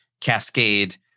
cascade